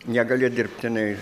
negali dirbtinai